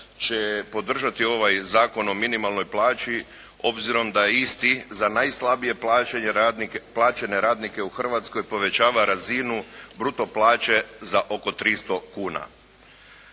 će podržati ovaj Zakon o minimalnoj plaći obzirom da je isti za najslabije plaćene radnike u Hrvatskoj povećava razinu bruto plaće za oko 300 kuna.